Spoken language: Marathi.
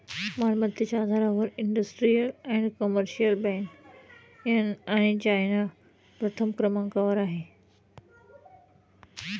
मालमत्तेच्या आधारावर industrial and commercial bank of China प्रथम क्रमांकावर आहे